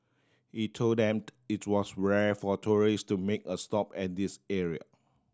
he told them it was rare for tourist to make a stop at this area